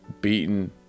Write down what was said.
beaten